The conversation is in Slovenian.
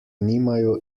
nimajo